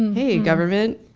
hey government!